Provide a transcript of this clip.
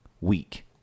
week